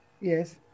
Yes